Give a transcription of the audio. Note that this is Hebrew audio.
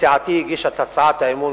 סיעתי הגישה את הצעת האי-אמון,